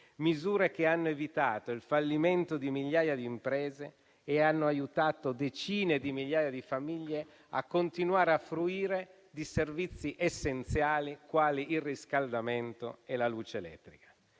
misure che hanno evitato il fallimento di migliaia di imprese e hanno aiutato decine di migliaia di famiglie a continuare a fruire di servizi essenziali quali il riscaldamento e la luce elettrica.